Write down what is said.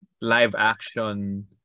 live-action